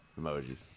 Emojis